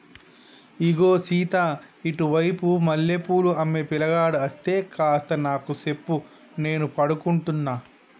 ఇగో సీత ఇటు వైపు మల్లె పూలు అమ్మే పిలగాడు అస్తే కాస్త నాకు సెప్పు నేను పడుకుంటున్న